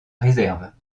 réserve